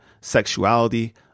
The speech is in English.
sexuality